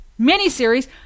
miniseries